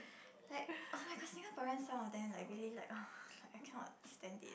like oh-my-god Singaporean some of them like really like ugh I cannot stand it